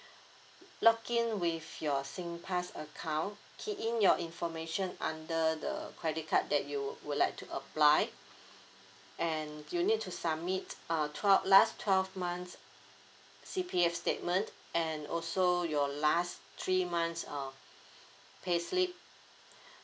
login with your singpass account key in your information under the credit card that you would like to apply and you need to submit uh twel~ last twelve months C_P_F statement and also your last three months um payslip